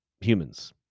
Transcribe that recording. humans